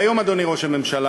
והיום, אדוני ראש הממשלה,